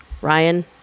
Ryan